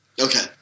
Okay